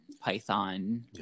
python